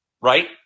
right